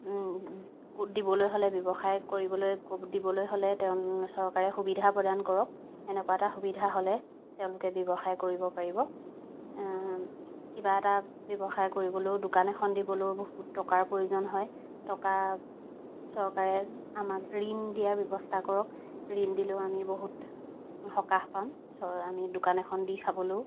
দিবলৈ হ'লে ব্যৱসায় কৰিবলৈ দিবলৈ হ'লে তেওঁ চৰকাৰে সুবিধা প্ৰদান কৰক এনেকুৱা এটা সুবিধা হ'লে তেওঁলোকে ব্যৱসায় কৰিব পাৰিব কিবা এটা ব্যৱসায় কৰিবলৈও দোকান এখন দিবলৈও বহুত টকাৰ প্ৰয়োজন হয় টকা চৰকাৰে আমাক ঋণ দিয়াৰ ব্যৱস্থা কৰক ঋণ দিলেও আমি বহুত সকাহ পাম চ আমি দোকান এখন দি খাবলৈও